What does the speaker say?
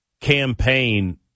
campaign